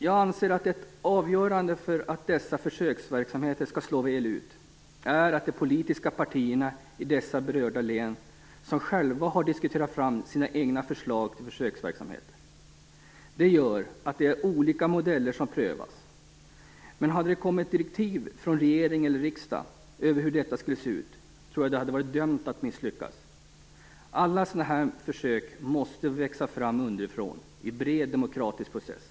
Jag anser att det är avgörande för om dessa försöksverksamheter skall slå väl ut att det är de politiska partierna i de berörda länen som själva har diskuterat fram egna förslag till försöksverksamheter. Det gör att det är olika modeller som prövas. Om det hade kommit direktiv från regering eller riksdag över hur detta skulle se ut, tror jag att det hade varit dömt att misslyckas. Alla sådana här försök måste växa fram underifrån i en bred demokratisk process.